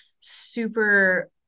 super